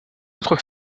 autre